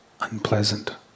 unpleasant